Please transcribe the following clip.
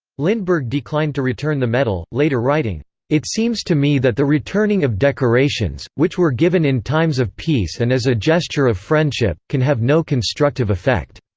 lindbergh declined to return the medal, later writing it seems to me that the returning of decorations, which were given in times of peace and as a gesture of friendship, can have no constructive effect.